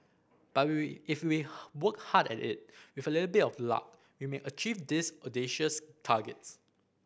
but we if we work hard at it with a little bit of luck we may achieve these audacious targets